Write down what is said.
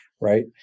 right